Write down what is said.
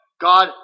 God